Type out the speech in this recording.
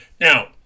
Now